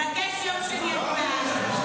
ביום שני הצבעה.